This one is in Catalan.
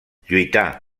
lluitar